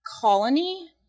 colony